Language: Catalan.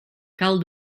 cal